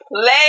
play